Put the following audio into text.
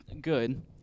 good